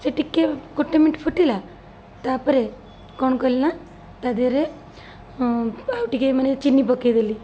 ସେ ଟିକିଏ ଗୋଟେ ମିନିଟ୍ ଫୁଟିଲା ତା'ପରେ କ'ଣ କଲି ନା ତା'ଦେହରେ ଆଉ ଟିକିଏ ମାନେ ଚିନି ପକାଇଦେଲି